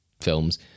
films